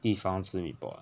地方吃 mee pok ah